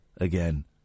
again